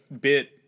bit